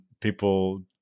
people